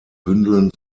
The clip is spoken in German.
bündeln